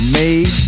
made